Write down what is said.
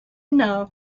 know